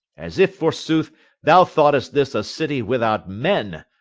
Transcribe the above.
as if forsooth thou thoughtest this a city without men,